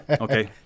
Okay